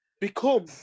become